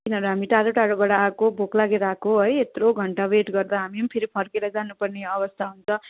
किनभने हामी टाडो टाडोबाट आएको भोक लागेर आएको है यत्रो घन्टा वेट गर्दा हामी पनि फेरि फर्केर जानुपर्ने अवस्था हुन्छ